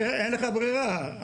אין לך ברירה,